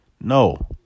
No